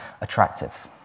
attractive